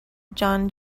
john